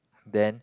then